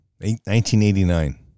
1989